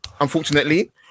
unfortunately